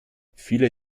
viele